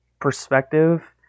perspective